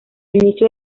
inicio